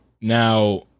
now